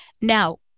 Now